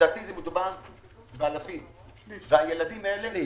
לדעתי מדובר באלפי ילדים.